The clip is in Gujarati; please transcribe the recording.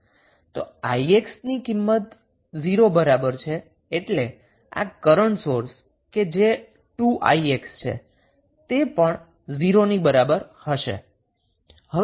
𝑖𝑥 બરાબર 0 હોવાથી એટલે કે આ કરન્ટ સોર્સ કે જે 2𝑖𝑥 છે તે પણ 0 ની બરાબર હશે